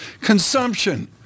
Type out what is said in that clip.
Consumption